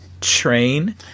train